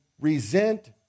resent